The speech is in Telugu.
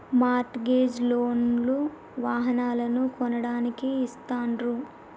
మార్ట్ గేజ్ లోన్ లు వాహనాలను కొనడానికి ఇస్తాండ్రు